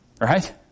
Right